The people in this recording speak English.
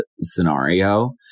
scenario